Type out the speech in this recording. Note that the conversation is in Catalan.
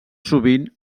sovint